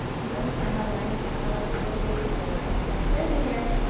notice i have a nice energy in my right toes. benji hair.